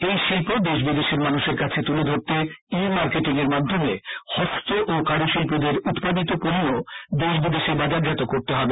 এই শিল্প দেশ বিদেশের মানুষের কাছে তুলে ধরতে ই মার্কেটিং র মাধ্যমে হস্ত ও কারু শিল্পীদের উৎপাদিভ পণ্য দেশ বিদেশে বাজারজাত করতে হবে